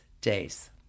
days